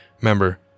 Remember